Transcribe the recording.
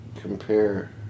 compare